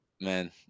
man